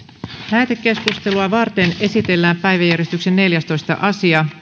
lähetekeskustelua varten esitellään päiväjärjestyksen neljästoista asia